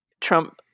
Trump